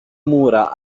mura